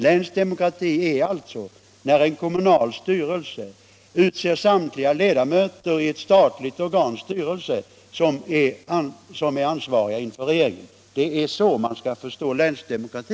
Länsdemokrati är alltså när ett kommunalt organ utser samtliga ledamöter i ett statligt organs styrelse, vilken är ansvarig inför regeringen. Det är alltså så man skall förstå begreppet länsdemokrati.